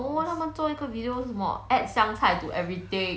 no 他们做一个 video 是什么 add 香菜 to everything